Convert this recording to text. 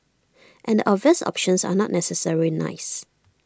and the obvious options are not necessarily nice